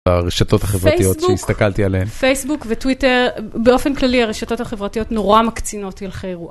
הרשתות החברתיות שהסתכלתי עליהן. פייסבוק וטוויטר, באופן כללי הרשתות החברתיות נורא מקצינות הלכי אירוע.